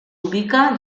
ubica